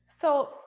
So-